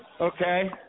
Okay